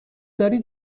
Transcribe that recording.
دارید